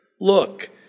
Look